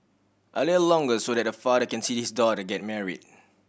a little longer so that a father can see his daughter get married